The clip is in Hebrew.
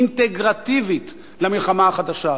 אינטגרטיבית, למלחמה החדשה הזאת.